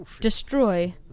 destroy